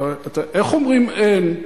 איך אומרים "אין"